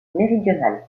méridionale